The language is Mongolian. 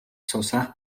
суусан